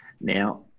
Now